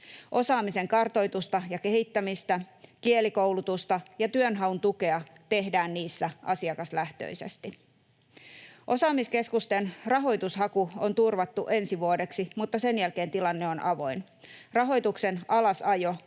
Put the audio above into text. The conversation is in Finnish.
Osaamisen kartoitusta ja kehittämistä, kielikoulutusta ja työnhaun tukea tehdään niissä asiakaslähtöisesti. Osaamiskeskusten rahoitushaku on turvattu ensi vuodeksi, mutta sen jälkeen tilanne on avoin. Rahoituksen alasajo